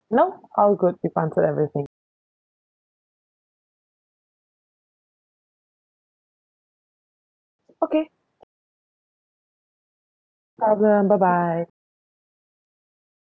no all good you've answered everything okay no problem bye bye